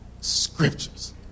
scriptures